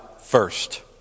first